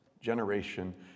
generation